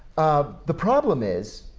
ah the problem is